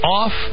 off